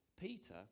Peter